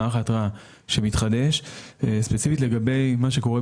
מה התקציב שיש